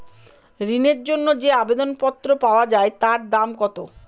ঋণের জন্য যে আবেদন পত্র পাওয়া য়ায় তার দাম কত?